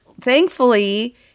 thankfully